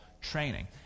training